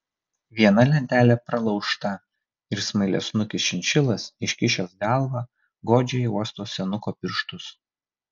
viena lentele pralaužta ir smailiasnukis šinšilas iškišęs galvą godžiai uosto senuko pirštus